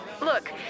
Look